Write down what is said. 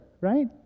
right